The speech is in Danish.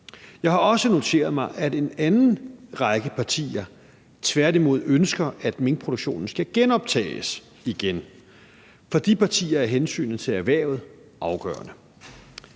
Jeg har også noteret mig, at en række andre partier tværtimod ønsker, at minkproduktionen skal genoptages. For de partier er hensynet til erhvervet afgørende.